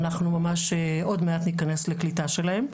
ואנחנו ממש עוד מעט ניכנס לקליטה שלהם.